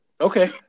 Okay